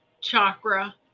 chakra